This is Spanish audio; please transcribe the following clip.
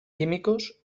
químicos